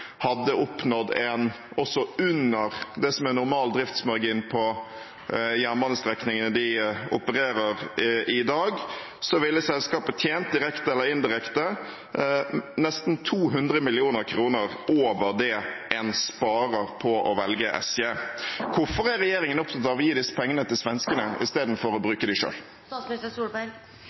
ville selskapet ha tjent – direkte eller indirekte – nesten 200 mill. kr mer enn det en sparer på å velge SJ. Hvorfor er regjeringen opptatt av å gi disse pengene til svenskene istedenfor å bruke